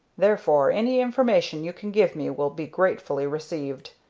therefore, any information you can give me will be gratefully received.